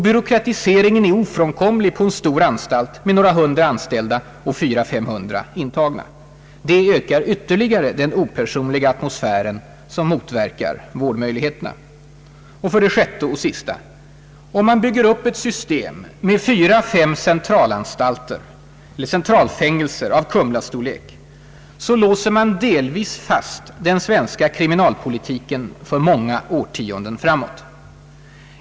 Byråkratiseringen är ofrånkomlig på en anstalt med några hundra anställda och 400— 5300 intagna. Det ökar ytterligare den opersonliga atmosfären som motverkar vårdmöjligheterna. 6. Med fyra—fem centralfängelser av Kumlastorlek låser man delvis fast den svenska kriminalpolitiken för många årtionden framåt.